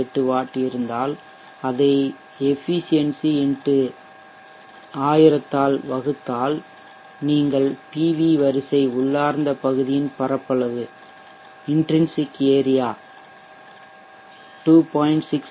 8 watt இருந்தால் அதை efficiency X 1000 ஆல் வகுத்தால் நீங்கள் PV வரிசை உள்ளார்ந்த பகுதியின் பரப்பளவு 2